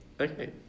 Okay